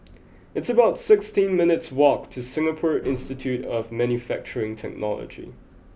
It's about sixteen minutes' walk to Singapore Institute of Manufacturing Technology